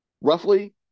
roughly